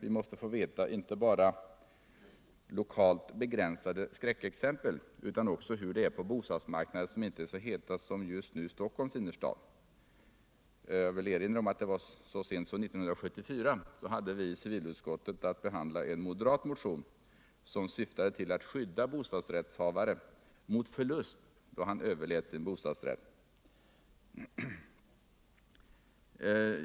Vi måste få veta inte bara hur det ligger till med lokalt begränsade skräckexempel utan också hur det är på bostadsmarknader som inte är så heta som just nu Stockholms innerstad. Jag vill erinra om att så sent som 1974 hade vi i utskottet att behandla en moderat motion som syftar till att skydda bostadsrättshavare mot förlust då han överlät sin bostadsrätt.